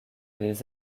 les